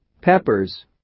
peppers